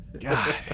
God